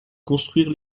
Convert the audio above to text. construire